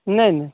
नहि नहि